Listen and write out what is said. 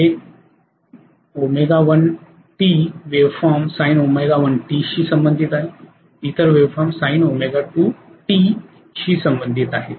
एक t waveform sinशी संबंधित आहे इतर वेव्हफॉर्म sinशी संबंधित आहे